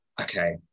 okay